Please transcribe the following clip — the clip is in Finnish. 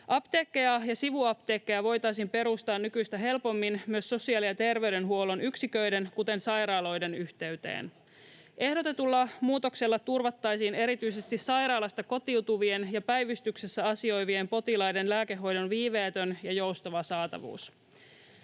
Apteekkeja ja sivuapteekkeja voitaisiin perustaa nykyistä helpommin myös sosiaali- ja terveydenhuollon yksiköiden, kuten sairaaloiden, yhteyteen. Ehdotetulla muutoksella turvattaisiin erityisesti sairaalasta kotiutuvien ja päivystyksessä asioivien potilaiden lääkehoidon viiveetön ja joustava saatavuus.